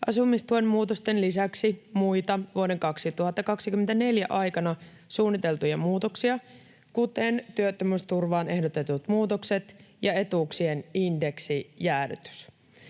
asumistuen muutosten lisäksi muita vuoden 2024 aikana suunniteltuja muutoksia, kuten työttömyysturvaan ehdotetut muutokset ja etuuksien indeksijäädytys.